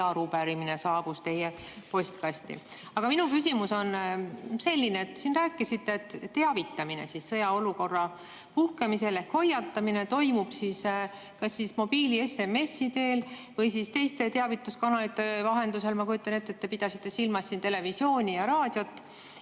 arupärimine saabus teie postkasti. Aga minu küsimus on selline. Te siin rääkisite, et teavitamine sõjaolukorra puhkemisel ehk hoiatamine toimub kas mobiili, SMS‑i või teiste teavituskanalite vahendusel. Ma kujutan ette, te pidasite silmas televisiooni ja raadiot.